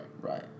Right